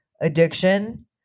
addiction